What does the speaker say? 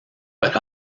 but